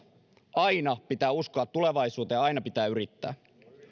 aina pitää uskoa tulevaisuuteen ja aina pitää yrittää